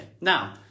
Now